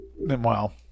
Meanwhile